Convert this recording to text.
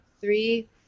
Three